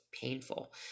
painful